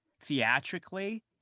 theatrically